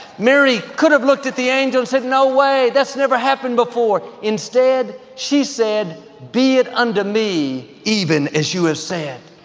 mary could've looked at the angel and said, no way, that's never happened before. instead, she said, be it unto me even as you have said.